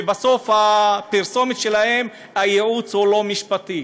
ובסוף הפרסומת שלהן נאמר: הייעוץ הוא לא משפטי,